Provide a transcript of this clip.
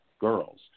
girls